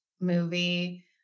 movie